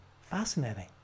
Fascinating